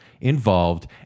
involved